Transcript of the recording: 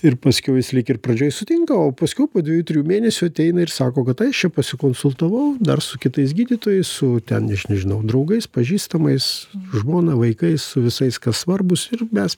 ir paskiau jis lyg ir pradžioj sutinka o paskiau po dviejų trijų mėnesių ateina ir sako kad ai aš čia pasikonsultavau dar su kitais gydytojais su ten eš nežinau draugais pažįstamais žmona vaikais su visais kas svarbūs ir mes